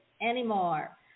anymore